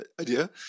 idea